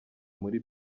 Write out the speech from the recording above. muri